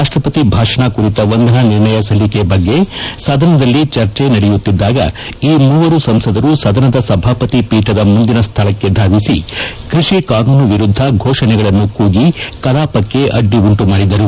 ರಾಷ್ಟಪತಿ ಭಾಷಣ ಕುರಿತ ವಂದನಾ ನಿರ್ಣಯ ಸಲ್ಲಿಕೆ ಬಗ್ಗೆ ಸದನದಲ್ಲಿ ಚರ್ಚೆ ನಡೆಯುತ್ತಿದ್ದಾಗ ಈ ಮೂವರು ಸಂಸದರು ಸದನದ ಸಭಾಪತಿ ಪೀಠದ ಮುಂದಿನ ಸ್ಥಳಕ್ಕೆ ಧಾವಿಸಿ ಕೃಷಿ ಕಾನೂನು ವಿರುದ್ದ ಫೋಷಣೆಗಳನ್ನು ಕೂಗಿ ಕಲಾಪಕ್ಕೆ ಅಡ್ಡಿ ಉಂಟುಮಾಡಿದರು